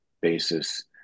basis